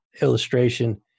illustration